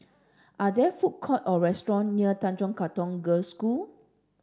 are there food court or restaurant near Tanjong Katong Girls' School